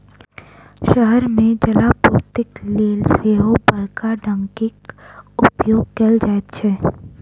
शहर मे जलापूर्तिक लेल सेहो बड़का टंकीक उपयोग कयल जाइत छै